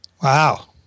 Wow